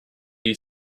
you